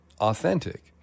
authentic